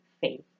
faith